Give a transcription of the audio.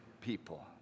people